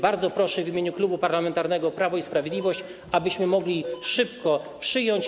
Bardzo proszę w imieniu Klubu Parlamentarnego Prawo i Sprawiedliwość, abyśmy mogli szybko go przyjąć.